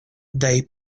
they